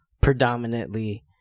predominantly